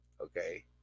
Okay